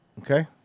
Okay